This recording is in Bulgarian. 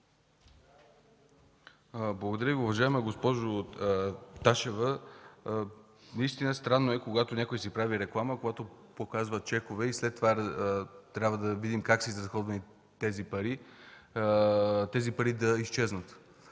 Благодаря Ви, уважаема госпожо Ташева. Наистина, странно е, когато някой си прави реклама, когато показва чекове, след това трябва да видим как са изразходвани парите и тези пари да изчезнат.